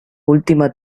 última